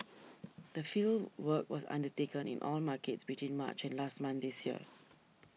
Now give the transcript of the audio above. the fieldwork was undertaken in all markets between March and last month this year